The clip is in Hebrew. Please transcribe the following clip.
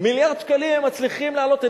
במיליארד שקלים הם מצליחים להעלות.